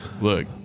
look